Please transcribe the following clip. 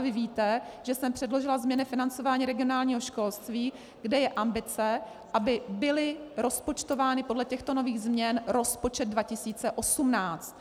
Vy víte, že jsem předložila změny financování regionálního školství, kde je ambice, aby byl rozpočtován podle těchto nových změn rozpočet 2018.